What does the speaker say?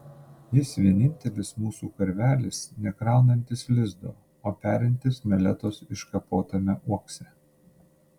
jis vienintelis mūsų karvelis nekraunantis lizdo o perintis meletos iškapotame uokse